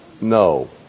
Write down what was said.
No